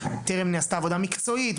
טרם נעשתה עבודה מקצועית.